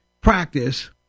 practice